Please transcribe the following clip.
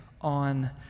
on